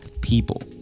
people